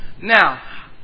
Now